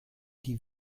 die